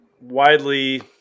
widely